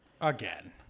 Again